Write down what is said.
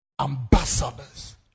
Ambassadors